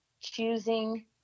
choosing